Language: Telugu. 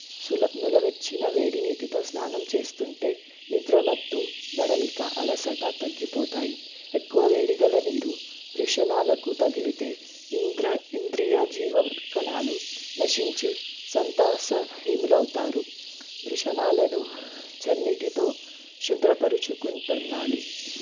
సుల నులవెచ్చని వేడి నీటితో స్నానం చేస్తుంటే నిద్రమత్తు బడలిక అలసట తగ్గిపోతాయి ఎక్కువ వేడి గల నీరు వృషణాలకు తగిలితే ఇంద్ర ఇంద్రియ జీవం కణాలు నశించి సంతాస హీనులవుతారు వృషణాలను చల్లనీటితో క్షుద్రపరచుకుంటూ ఉండాలి